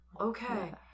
Okay